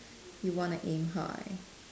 you wanna aim high